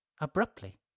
Abruptly